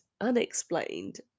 unexplained